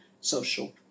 social